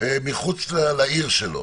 מחוץ לעיר שלו.